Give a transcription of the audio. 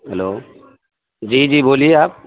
hello جی جی بولیے آپ